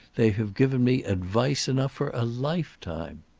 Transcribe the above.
they have given me advice enough for a lifetime.